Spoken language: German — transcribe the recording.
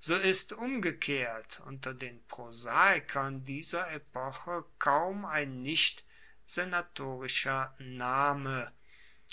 so ist umgekehrt unter den prosaikern dieser epoche kaum ein nicht senatorischer norne